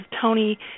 Tony